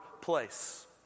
place